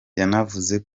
yanavuze